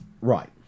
Right